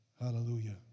Hallelujah